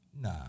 Nah